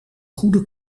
goede